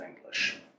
English